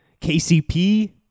KCP